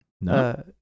No